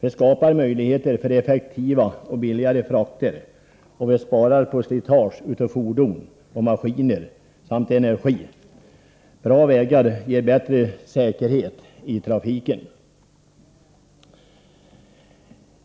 Vi skapar då möjligheter för effektiva och billigare frakter. Vi minskar på slitaget av fordon och maskiner, och vi sparar energi. Bra vägar ger bättre säkerhet i trafiken.